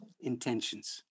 intentions